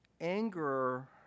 anger